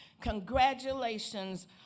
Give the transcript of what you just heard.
Congratulations